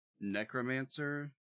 Necromancer